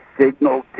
signal